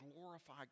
glorify